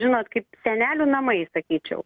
žinot kaip senelių namai sakyčiau